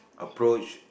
approach